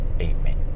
Amen